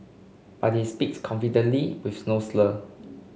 but he speaks confidently with no slur